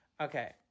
okay